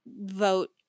vote